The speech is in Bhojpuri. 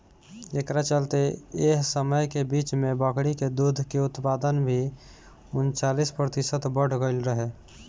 एकरा चलते एह समय के बीच में बकरी के दूध के उत्पादन भी उनचालीस प्रतिशत बड़ गईल रहे